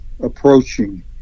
approaching